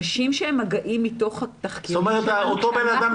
אנשים שמגיעים מתוך התחקירים שלנו --- אותו אדם,